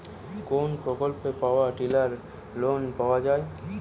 কোন প্রকল্পে power tiller লোনে পাওয়া য়ায়?